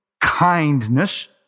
kindness